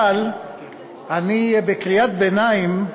אבל בקריאת ביניים,